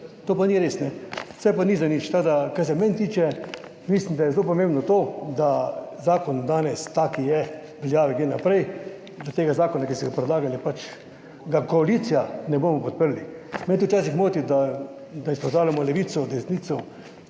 to pa ni res, kajne, vse pa ni za nič. Tako, da kar se mene tiče, mislim, da je zelo pomembno to, da zakon danes, ta, ki je v veljavi, gre naprej, da tega zakona, ki ste ga predlagali, pač ga koalicija ne bomo podprli. Mene včasih moti, da izpostavljamo levico, desnico,